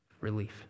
Relief